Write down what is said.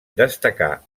destacà